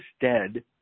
dead